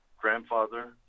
grandfather